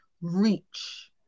reach